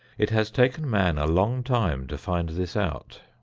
it has taken man a long time to find this out.